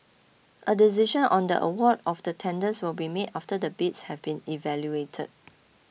a decision on the award of the tenders will be made after the bids have been evaluated